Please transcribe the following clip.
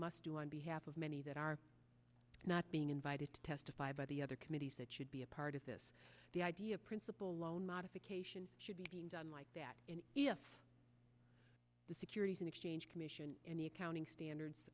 must do on behalf of many that are not being invited to testify by the other committees that should be a part of this the idea of principle loan modification should be done like that and if the securities and exchange commission and the accounting standards